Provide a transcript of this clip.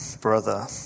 brother